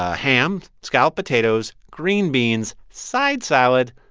ah ham, scalloped potatoes, green beans, side salad,